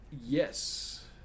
Yes